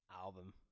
album